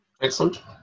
Excellent